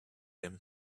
him